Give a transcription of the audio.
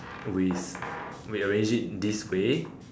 we we arrange it this way